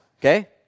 okay